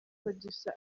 producer